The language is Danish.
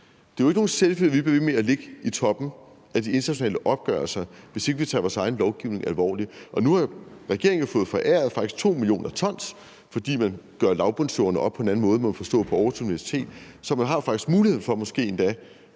er det jo ikke nogen selvfølge, at vi bliver ved med at ligge i toppen af de internationale opgørelser, hvis ikke vi tager vores egen lovgivning alvorligt. Nu har regeringen jo faktisk fået 2 mio. t foræret, fordi man gør lavbundsjorderne op på en anden måde, må man forstå, på Aarhus Universitet, så man har måske endda muligheden for at nå